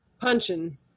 punching